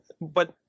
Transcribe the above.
But-